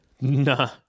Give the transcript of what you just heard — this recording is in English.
Nah